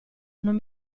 non